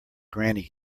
granny